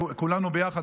כולנו ביחד.